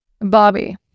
bobby